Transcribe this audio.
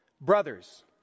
Brothers